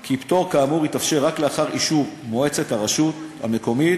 כי פטור כאמור יתאפשר רק לאחר אישור מועצת הרשות המקומית,